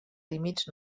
límits